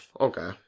okay